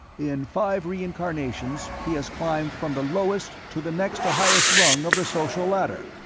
in five reincarnations, he has climbed from the lowest to the next-to-highest rung of the social ladder.